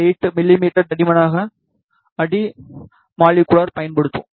8 மிமீ தடிமனான அடி மாலிகுலர் பயன்படுத்துகிறோம்